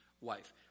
wife